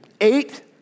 eight